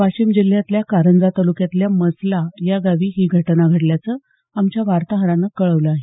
वाशिम जिल्ह्यातल्या कारंजा तालुक्यातल्या मसला या गावी ही घटना घडल्याचं आमच्या वार्ताहरानं कळवलं आहे